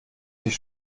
sich